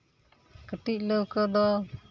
ᱠᱟᱹᱴᱤᱡ ᱞᱟᱹᱣᱠᱟᱹ ᱫᱚ